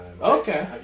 Okay